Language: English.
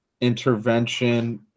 intervention